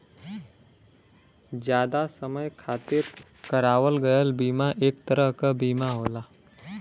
जादा समय खातिर करावल गयल बीमा एक तरह क बीमा होला